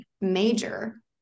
major